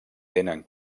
tenen